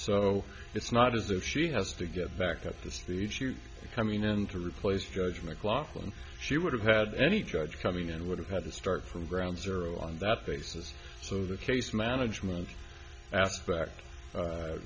so it's not as if she has to get back at the speech you coming in to replace judge mclachlan she would have had any judge coming and would have had to start from ground zero on that basis so the case management aspect